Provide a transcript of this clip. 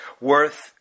worth